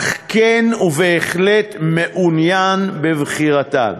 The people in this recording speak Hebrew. אך כן ובהחלט מעוניין בבחירתם.